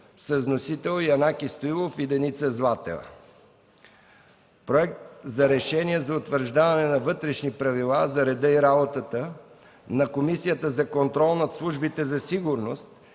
Вносители са Янаки Стоилов и Деница Златева. Проект за решение за утвърждаване на Вътрешни правила за реда и работата на Комисията за контрол над службите за сигурност,